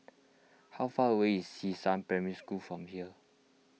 how far away is Xishan Primary School from here